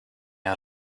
out